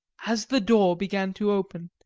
as the door began to open,